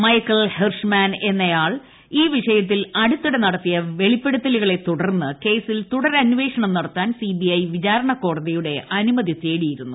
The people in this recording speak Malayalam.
മൈക്കേൽ ഹെർഷ്മാൻ എന്നയാൾ ഈ വിഷയത്തിൽ അടുത്തിടെ നടത്തിയ വെളിപ്പെടുത്തലുകളെ തുടർന്ന് കേസിൽ തുടരന്വേഷണം നടത്താൻ സി ബി ഐ വിചാരണ കോടതിയുടെ അനുമതി തേടിയിരുന്നു